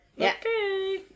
Okay